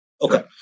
Okay